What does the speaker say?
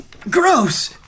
gross